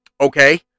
Okay